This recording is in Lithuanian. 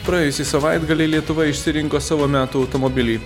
praėjusį savaitgalį lietuva išsirinko savo metų automobilį